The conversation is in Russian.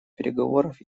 переговоров